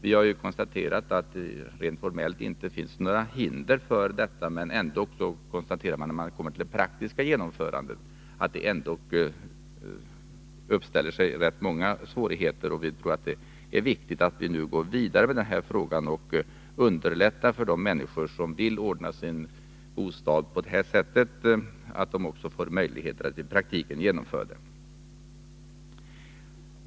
Vi har konstaterat i civilutskottet att det rent formellt inte finns några hinder för detta men att det när man kommer till det praktiska genomförandet ändock uppställer sig rätt många svårigheter. Vi tror att det är viktigt att nu gå vidare med frågan och underlätta för de människor som vill ordna sin bostadsfråga på det sätt som motionärerna tagit upp.